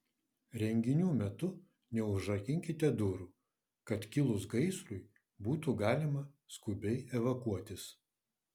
renginių metu neužrakinkite durų kad kilus gaisrui būtų galima skubiai evakuotis